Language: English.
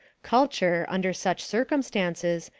culture, under such circumstances,